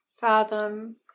fathom